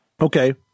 Okay